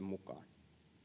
mukaan